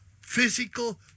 physical